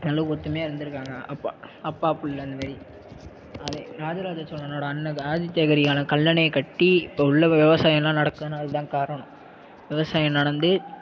அந்த அளவுக்கு ஒற்றுமையா இருந்திருக்காங்க அப்பா அப்பா பிள்ள அந்த மாதிரி ராஜராஜ சோழனோடய அண்ணன் ஆதித்ய கரிகாலன் கல்லணையை கட்டி இப்ப உள்ள விவசாயமெல்லாம் நடக்குதுன்னா அதுதான் காரணம் விவசாயம் நடந்து